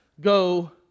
go